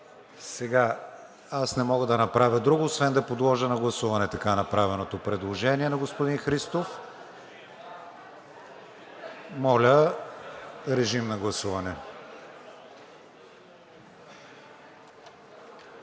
Сега аз не мога да направя друго освен да подложа на гласуване така направеното предложение на господин Христов. Всъщност